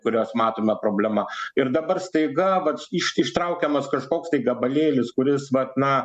kurios matome problema ir dabar staiga vat iš ištraukiamas kažkoks tai gabalėlis kuris vat na